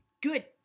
good